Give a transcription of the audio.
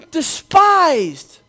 despised